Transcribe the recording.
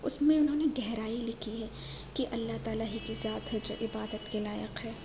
اس میں انہوں نے گہرائی لکھی ہے کہ اللہ تعالی ہی کے ساتھ حجت عبادت کے لائق ہے